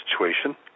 situation